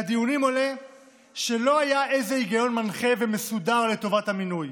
מהדיונים עולה שלא היה איזה היגיון מנחה ומסודר לטובת המינוי,